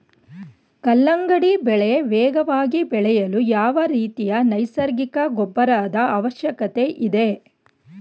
ಕಲ್ಲಂಗಡಿ ಬೆಳೆ ವೇಗವಾಗಿ ಬೆಳೆಯಲು ಯಾವ ರೀತಿಯ ನೈಸರ್ಗಿಕ ಗೊಬ್ಬರದ ಅವಶ್ಯಕತೆ ಇದೆ?